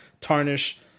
tarnish